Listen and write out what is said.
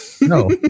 No